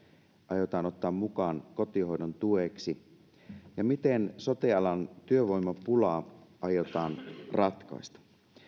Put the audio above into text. aiotaan ottaa mukaan kotihoidon tueksi ja miten sote alan työvoimapula aiotaan ratkaista